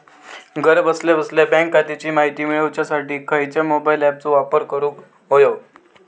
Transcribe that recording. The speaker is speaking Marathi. घरा बसल्या बसल्या बँक खात्याची माहिती मिळाच्यासाठी खायच्या मोबाईल ॲपाचो वापर करूक होयो?